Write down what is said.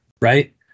right